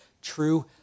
true